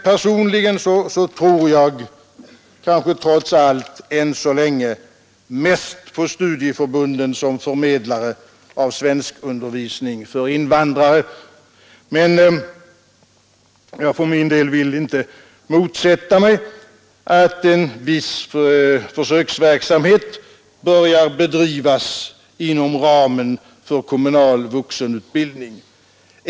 Personligen tror jag än så länge kanske trots allt mest på studieförbunden som förmedlare av svenskundervisning för invandrare, men jag vill för min del inte motsätta mig att en viss försöksverksamhet börjar bedrivas inom ramen för kommunal vuxenutbildning.